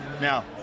Now